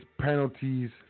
penalties